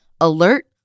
Alert